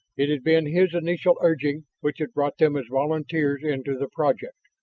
it had been his initial urging which had brought them as volunteers into the project.